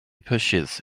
pushes